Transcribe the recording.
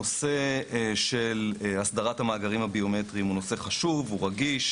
נושא הסדרת המאגרים הביומטריים הוא נושא חשוב ורגיש.